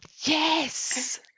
yes